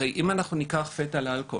הרי אם אנחנו ניקח ילד עם תסמונת האלכוהול,